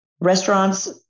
restaurants